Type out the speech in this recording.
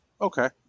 okay